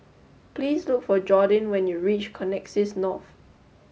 please look for Jordyn when you reach Connexis North